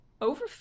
over